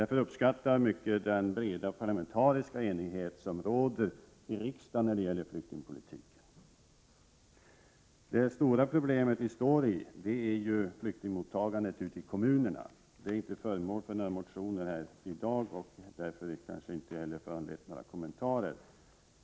Därför uppskattar jag mycket den breda parlamentariska enighet som råder i riksdagen när det gäller flyktingpolitik. Det stora problemet vi har består ju i flyktingmottagandet ute i kommunerna. Detta är inte föremål för några motioner till det ärende som behandlas i dag, och därför har det kanske inte heller föranlett några kommentarer.